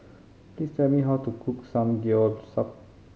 please tell me how to cook Samgeyopsal